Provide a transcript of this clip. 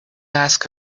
ask